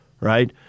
right